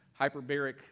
hyperbaric